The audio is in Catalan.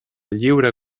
lliure